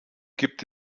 gibt